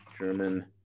German